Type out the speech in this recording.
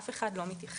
אף אחד לא מתייחס.